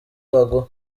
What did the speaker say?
baguha